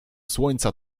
słońca